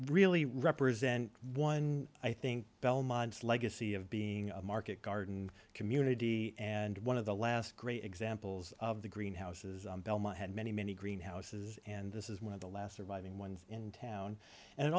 really represent one i think belmont's legacy of being a market garden community and one of the last great examples of the greenhouses and belmont had many many greenhouses and this is one of the last surviving ones in town and